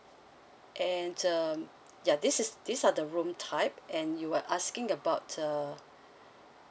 and uh ya this is these are the room type and you were asking about uh